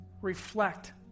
reflect